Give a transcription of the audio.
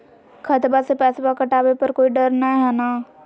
खतबा से पैसबा कटाबे पर कोइ डर नय हय ना?